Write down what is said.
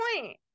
point